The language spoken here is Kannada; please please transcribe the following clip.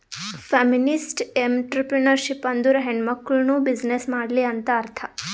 ಫೆಮಿನಿಸ್ಟ್ಎಂಟ್ರರ್ಪ್ರಿನರ್ಶಿಪ್ ಅಂದುರ್ ಹೆಣ್ಮಕುಳ್ನೂ ಬಿಸಿನ್ನೆಸ್ ಮಾಡ್ಲಿ ಅಂತ್ ಅರ್ಥಾ